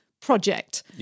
project